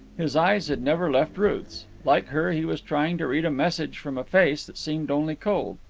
his eyes had never left ruth's. like her, he was trying to read a message from a face that seemed only cold.